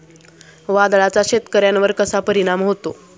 वादळाचा शेतकऱ्यांवर कसा परिणाम होतो?